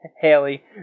Haley